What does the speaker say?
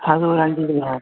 அது ஒரு அஞ்சு கிலோ